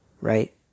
right